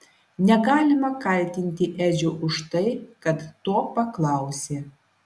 negalima kaltinti edžio už tai kad to paklausė